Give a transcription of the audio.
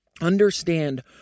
understand